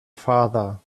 father